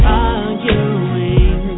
arguing